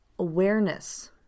awareness